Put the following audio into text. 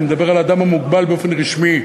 אני מדבר על האדם המוגבל באופן רשמי,